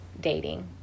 dating